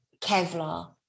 Kevlar